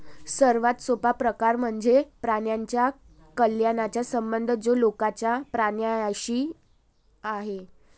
सर्वात सोपा प्रकार म्हणजे प्राण्यांच्या कल्याणाचा संबंध जो लोकांचा प्राण्यांशी आहे